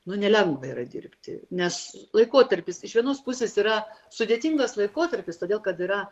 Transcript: nu nelengva yra dirbti nes laikotarpis iš vienos pusės yra sudėtingas laikotarpis todėl kad yra